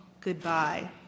goodbye